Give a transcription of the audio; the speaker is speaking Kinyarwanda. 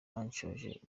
bashonje